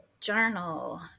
journal